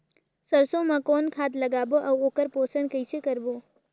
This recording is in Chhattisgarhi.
सरसो मा कौन खाद लगाबो अउ ओकर पोषण कइसे करबो?